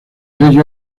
ello